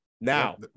Now